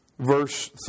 Verse